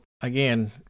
again